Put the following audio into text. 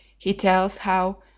he tells how,